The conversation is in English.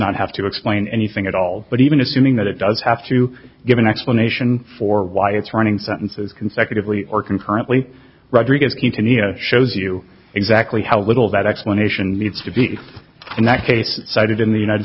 not have to explain anything at all but even assuming that it does have to give an explanation for why it's running sentences consecutively or concurrently rodriguez continued shows you exactly how little that explanation needs to be in that case cited in the united